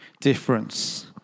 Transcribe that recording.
difference